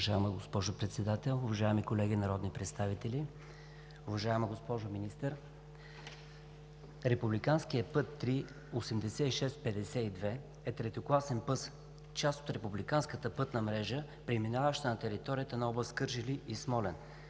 Уважаема госпожо Председател, уважаеми колеги народни представители! Уважаема госпожо Министър, републиканският път ІІІ-8652 е третокласен път, част от републиканската пътна мрежа, преминаваща на територията на област Кърджали и Смолян.